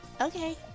Okay